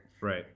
Right